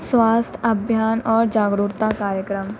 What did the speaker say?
स्वास्थ्य अभियान और जागरुरता कार्यक्रम